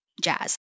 jazz